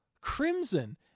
crimson